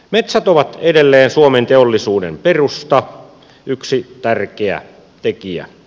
metsät ovat edelleen suomen teollisuuden perusta yksi tärkeä tekijä